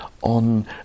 on